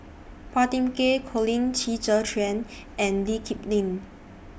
Phua Thin Kiay Colin Qi Zhe Quan and Lee Kip Lin